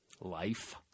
Life